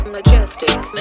Majestic